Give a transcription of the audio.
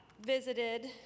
Visited